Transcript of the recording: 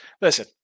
Listen